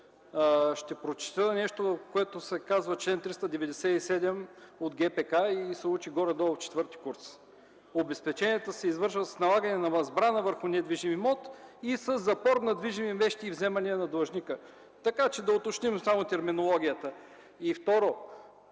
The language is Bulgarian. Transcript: Ще прочета нещо, което се казва „чл. 397 от ГПК” и се учи горе-долу в ІV курс: „обезпечението се извършва с налагане на възбрана върху недвижим имоти и със запор на движими вещи и вземания на длъжника”, така че да уточним само терминологията. И, второ